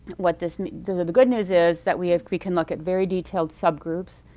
what this the the good news is that we can look at very detailed subgroups.